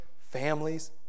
families